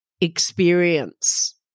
experience